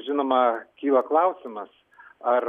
žinoma kyla klausimas ar